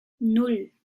nan